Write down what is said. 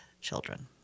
children